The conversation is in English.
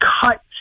cut